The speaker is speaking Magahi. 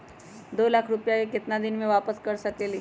दो लाख रुपया के केतना दिन में वापस कर सकेली?